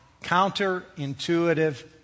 counterintuitive